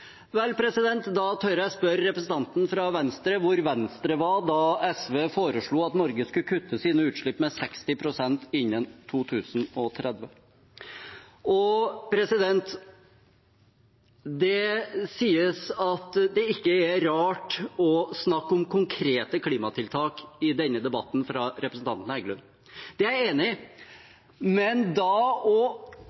Vel, da tør jeg spørre representanten fra Venstre hvor Venstre var da SV foreslo at Norge skulle kutte sine utslipp med 60 pst. innen 2030. Det sies også av representanten Heggelund at det ikke er rart å snakke om konkrete klimatiltak i denne debatten. Det er jeg enig i.